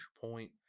point